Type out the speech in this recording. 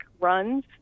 runs